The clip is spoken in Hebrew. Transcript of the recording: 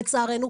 לצערנו,